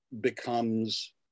becomes